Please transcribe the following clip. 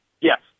Yes